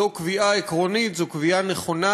זו קביעה עקרונית, זו קביעה נכונה,